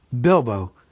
Bilbo